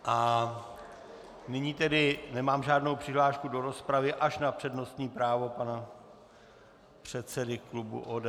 A nyní tedy nemám žádnou přihlášku do rozpravy až na přednostní právo pana předsedy klubu ODS.